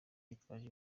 yitwaje